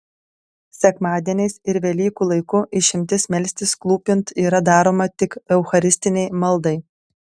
sekmadieniais ir velykų laiku išimtis melstis klūpint yra daroma tik eucharistinei maldai